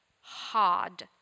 hard